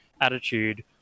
attitude